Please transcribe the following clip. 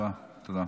תודה רבה, תודה.